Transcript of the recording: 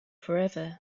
forever